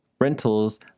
Rentals